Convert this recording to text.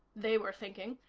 they were thinking.